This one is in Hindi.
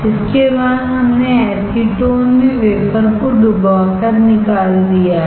इसके बाद हमने एसीटोन में वेफरको डुबाकर निकाल दिया है